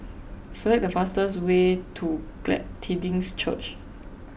select the fastest way to Glad Tidings Church